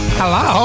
hello